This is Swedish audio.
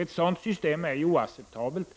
Ett sådant system är oacceptabelt.